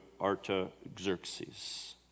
Artaxerxes